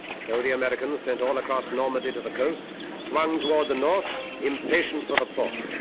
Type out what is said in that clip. so the americans sent all across normandy to the coast, swung toward the north, impatient for the port.